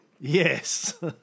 Yes